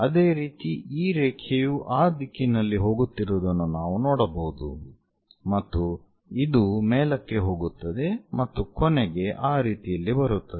ಅದೇ ರೀತಿ ಈ ರೇಖೆಯು ಆ ದಿಕ್ಕಿನಲ್ಲಿ ಹೋಗುತ್ತಿರುವುದನ್ನು ನಾವು ನೋಡಬಹುದು ಮತ್ತು ಇದು ಮೇಲಕ್ಕೆ ಹೋಗುತ್ತದೆ ಮತ್ತು ಕೊನೆಗೆ ಆ ರೀತಿಯಲ್ಲಿ ಬರುತ್ತದೆ